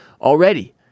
already